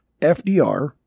FDR